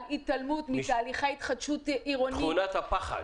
התעלמות מתהליכי התחדשות עירונית -- תכונת הפחד.